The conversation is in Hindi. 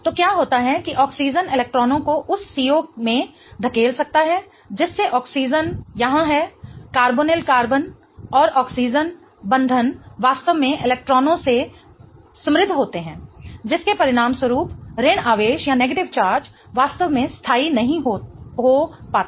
तो क्या होता है कि ऑक्सीजन इलेक्ट्रॉनों को उस C O में धकेल सकता है जिससे ऑक्सीजन यहाँ है कार्बोनिल कार्बन और ऑक्सीजन बंधन वास्तव में इलेक्ट्रॉनों से समृद्ध होते हैं जिसके परिणामस्वरूप ऋण आवेश वास्तव में स्थाई नहीं होता पाता